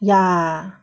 yeah